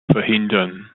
verhindern